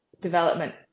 development